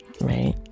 right